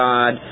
God